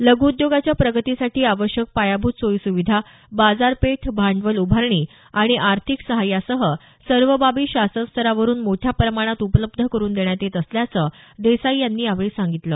लघु उद्योगाच्या प्रगतीसाठी आवश्यक पायाभूत सोयी सुविधा बाजारपेठ भांडवल उभारणी आणि आर्थिक सहाय्यासह सर्व बाबी शासन स्तरावरुन मोठ्या प्रमाणात उपलब्ध करुन देण्यात येत असल्याचं देसाई यांनी यावेळी सांगितलं